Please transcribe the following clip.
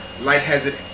lightheaded